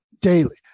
daily